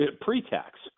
pre-tax